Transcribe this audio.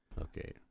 Okay